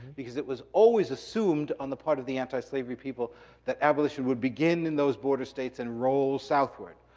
because it was always assumed on the part of the antislavery people that abolition would begin in those border states and roll southward.